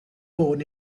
born